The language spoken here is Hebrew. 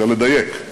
צריך לדייק,